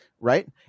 Right